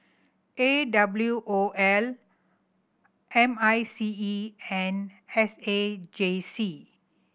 A W O L M I C E and S A J C